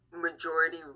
majority